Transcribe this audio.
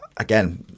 Again